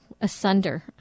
asunder